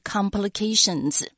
Complications